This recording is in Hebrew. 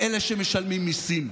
אלה שמשלמים מיסים,